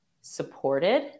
supported